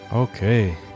Okay